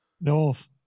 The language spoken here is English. North